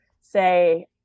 say